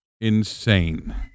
insane